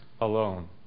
alone